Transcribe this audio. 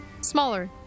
smaller